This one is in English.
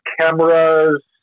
cameras